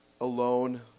alone